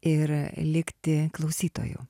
ir likti klausytoju